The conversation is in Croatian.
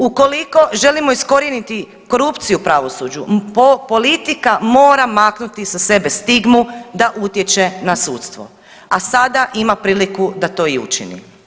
Ukoliko želimo iskorijeniti korupciju u pravosuđu, politika mora maknuti sa sebe stigmu da utječe na sudstvo a sada ima priliku da to i učini.